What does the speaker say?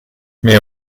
mais